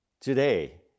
today